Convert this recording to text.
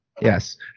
Yes